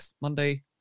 Monday